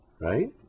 right